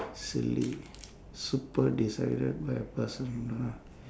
silly super decided by a person ah